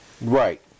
Right